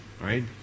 right